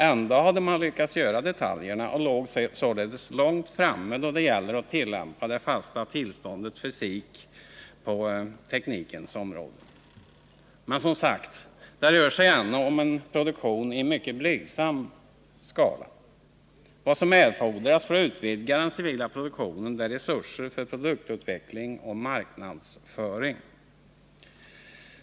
Ändå hade man lyckats göra detaljerna och låg således långt framme då det gällde att tillämpa det fasta tillståndets fysik på teknikens område. Men som sagt — det rörde sig ännu om en produktion i en mycket blygsam skala. Vad som erfordras för att utvidga den civila produktionen är resurser för produktutveckling och marknadsföring.